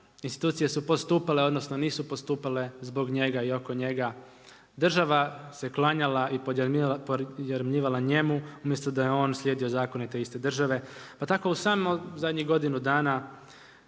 institucije su postupale odnosno nisu postupale zbog njega i oko njega, država se klanjala i podjarmnjivala njemu umjesto da je on slijedio zakone te iste države, pa tako u samo zadnjih godinu dana